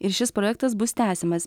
ir šis projektas bus tęsiamas